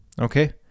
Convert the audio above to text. okay